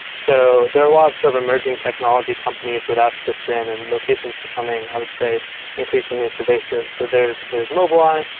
so there are a lot of sort of emerging technology companies where that fits in and locations becoming i would say increasingly pervasive. so there's there's mobileye.